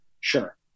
Sure